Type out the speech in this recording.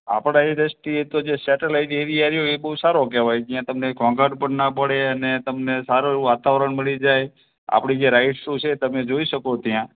આપણે એ દૃષ્ટિએ તો સેટેલાઈટ એરિયા રહ્યો એ બહુ સારો કહેવાય ત્યાં તમને ઘોંઘાટ પણ ના પડે અને તમને સારું એવું વાતાવરણ મળી જાય આપણી જે રાઇટ્સો છે એ તમે જોઈ શકો ત્યાં